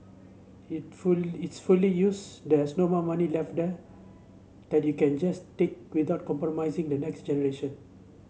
it full it's fully used there's no more money left there that you can just take without compromising the next generation